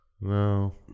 No